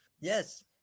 Yes